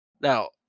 Now